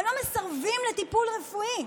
הם לא מסרבים לטיפול רפואי.